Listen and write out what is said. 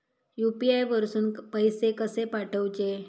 UPI वरसून पैसे कसे पाठवचे?